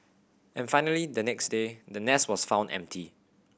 and finally the next day the nest was found empty